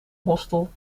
hostel